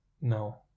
No